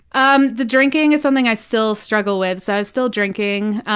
um the drinking is something i still struggle with, so i was still drinking.